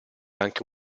anche